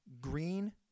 green